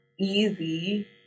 easy